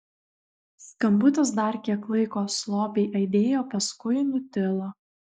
skambutis dar kiek laiko slopiai aidėjo paskui nutilo